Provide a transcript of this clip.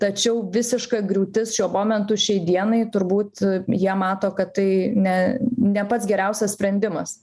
tačiau visiška griūtis šiuo momentu šiai dienai turbūt jie mato kad tai ne ne pats geriausias sprendimas